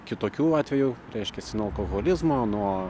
kitokių atvejų reiškiasi nuo alkoholizmo nuo